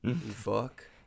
Fuck